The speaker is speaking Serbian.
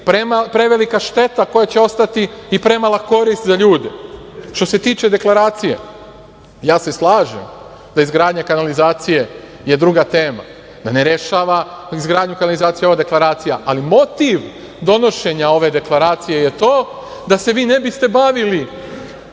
prevelika šteta koja će ostati i premala korist za ljude. Što se tiče deklaracije, ja se slažem , oko kanalizacije je druga tema, da ne rešava izgradnju kanalizacije ova deklaracija, ali motiv donošenja ove deklaracije je to da se vi ne biste bavili